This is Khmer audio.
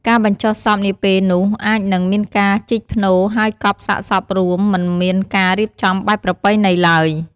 ការបញ្ចុះសពនាពេលនោះអាចនឹង មានការជីកផ្នូរ ហើយកប់សាកសពរួម មិនមានការរៀបចំបែបប្រពៃណីឡើយ។